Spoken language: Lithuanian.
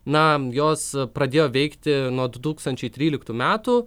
na jos pradėjo veikti nuo du tūkstančiai tryliktų metų